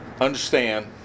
understand